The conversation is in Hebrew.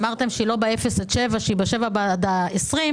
אמרתם שהוא לא באפס עד שבעה, שהוא בשבעה עד ה-20.